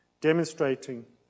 demonstrating